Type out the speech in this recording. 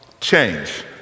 change